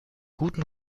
guten